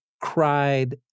cried